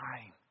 time